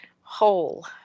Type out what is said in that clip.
whole